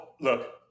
look